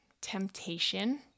temptation